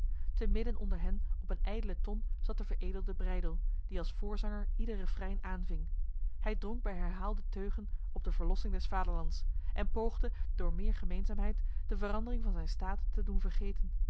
te midden onder hen op een ijdele ton zat de veredelde breydel die als voorzanger ieder refrein aanving hij dronk bij herhaalde teugen op de verlossing des vaderlands en poogde door meer gemeenzaamheid de verandering van zijn staat te doen vergeten